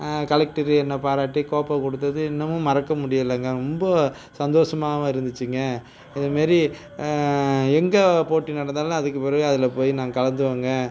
collector என்னை பாராட்டி கோப்பை கொடுத்தது இன்னமும் மறக்க முடியலங்க ரொம்ப சந்தோஷமாகவும் இருந்துச்சிங்க அதே மாதிரி எங்கே போட்டி நடந்தாலும் அதுக்கு பிறகு அதில் போய் நான் கலந்துவேங்க